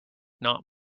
not